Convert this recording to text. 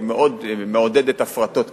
שמאוד מעודדת הפרטות,